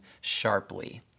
sharply